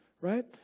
right